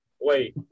Wait